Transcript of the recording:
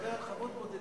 אתה מדבר על חוות בודדים.